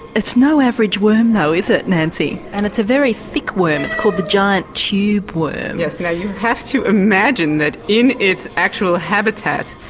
it's no average worm, though, is it, nancy? and it's a very thick worm, it's called the giant tube worm. yeah so you have to imagine that in its actual habitat,